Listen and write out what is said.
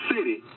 city